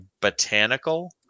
botanical